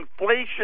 inflation